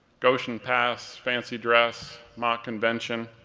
goshen pass, fancy dress, mock convention,